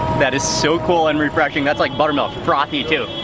that is so cool and refreshing. that's like buttermilk, frothy too.